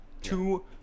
two